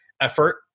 effort